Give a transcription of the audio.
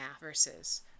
versus